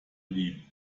lieb